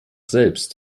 selbst